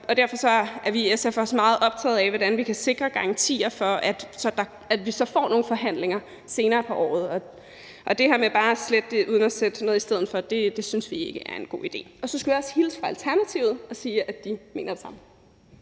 Derfor er vi i SF også meget optaget af, hvordan vi kan sikre garantier for, at vi så får nogle forhandlinger senere på året. Det her med bare at slette det uden at sætte noget i stedet for synes vi ikke er en god idé. Og så skulle jeg også hilse fra Alternativet og sige, at de mener det samme.